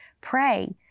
pray